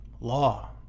law